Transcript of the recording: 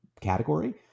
category